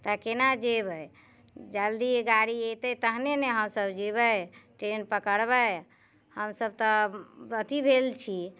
तऽ केना जयबै जल्दी गाड़ी एतैक तहने ने हमसब जेबै ट्रेन पकड़बै हमसब तऽ अथी भेल छी